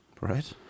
Right